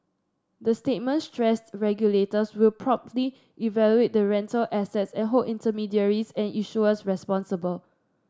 the statement stressed regulators will properly evaluate the rental assets and hold intermediaries and issuers responsible